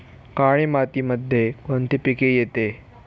काळी मातीमध्ये कोणते पिके येते?